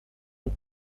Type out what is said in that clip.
und